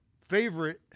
favorite